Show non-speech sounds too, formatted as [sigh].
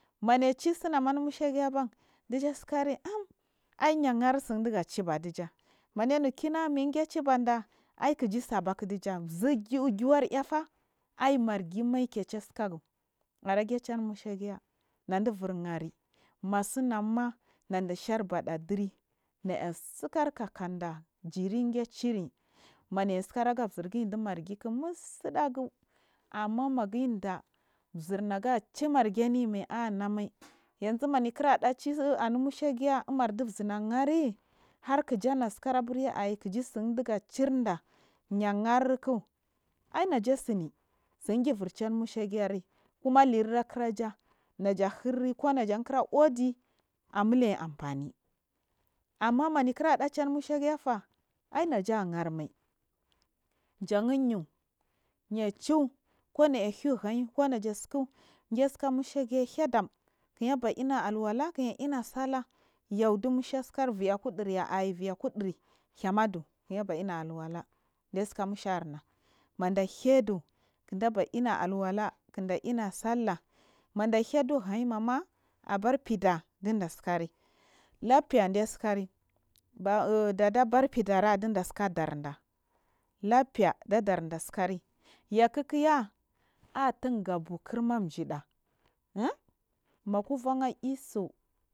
Mayaci tsunami mimushaggiya bam ɗija tsika amm yagar tsin diga chiba wanja mayanu kuwns maikeciɓenda aikijisabaku zirguwar afar, aikiji sabaku zirguwar afar aiymargi mai kecha tsikagu ara kechanu mu shegiya nadullir hari tsinuma na dashaba da chiri nitsik kakanda jirighaciri maye tsikar agezirgi chi margak murginimai anamai [noise] ye zuma nikira hiɗa ci anumu shagi amardizina grii harkijace aiy kiyisinda cirda ciny ya hark ainajatsini sunyibuchinu mushagi yerri alera karaja naja hiri kuna kira udi amma nube amfani amm a manikurs haɗacenu mushegi yefa ainaja ghermai jahyacw kunaya hightyi konaja tsuku jasti nun shegiya hidam kuya ina alwels kuya in a eallah yeu ɗimaushea medahy ɗu huyi memsa abarfin ɗa lefe ɗditsiri cum ɗa aberhds ann aɗarɗa tsiliri yakikya atimduga bukur majida ath makulla aysiu.